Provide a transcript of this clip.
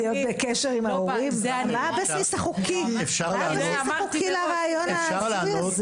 מה הבסיס החוקי לרעיון ההזוי הזה?